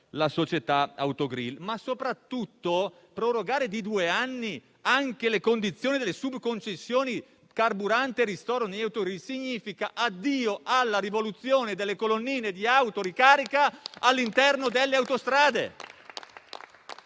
la società Autogrill. Ma soprattutto prorogare di due anni anche le condizioni delle subconcessioni carburante e ristoro negli Autogrill significa addio alla rivoluzione delle colonnine di autoricarica all'interno delle autostrade.